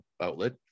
outlet